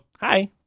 hi